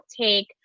take